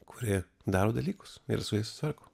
kuri daro dalykus ir su jais susitvarko